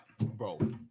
bro